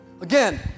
Again